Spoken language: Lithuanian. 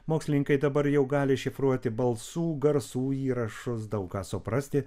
mokslininkai dabar jau gali iššifruoti balsų garsų įrašus daug ką suprasti